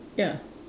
ya